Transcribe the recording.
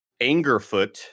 Angerfoot